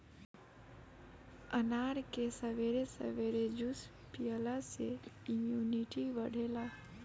अनार के सबेरे सबेरे जूस पियला से इमुनिटी बढ़ेला